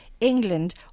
England